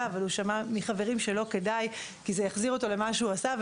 אבל הוא שמע מחברים שלא כדאי כי זה יחזיר אותו למה שהוא עשה.